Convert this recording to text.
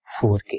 4k